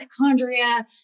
mitochondria